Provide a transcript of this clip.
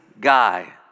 guy